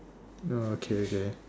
oh okay okay